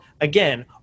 again